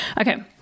Okay